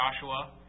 Joshua